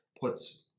puts